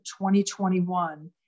2021